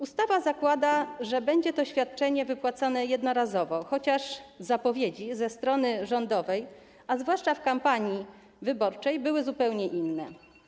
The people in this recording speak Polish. Ustawa zakłada, że będzie to świadczenie wypłacane jednorazowo, chociaż zapowiedzi ze strony rządowej, a zawłaszcza w kampanii wyborczej, były zupełnie inne.